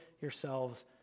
yourselves